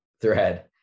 thread